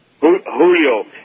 Julio